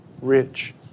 rich